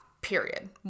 Period